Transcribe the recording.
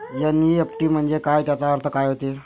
NEFT म्हंजे काय, त्याचा अर्थ काय होते?